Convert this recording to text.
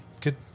Good